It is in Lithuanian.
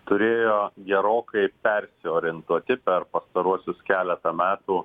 turėjo gerokai persiorientuoti per pastaruosius keletą metų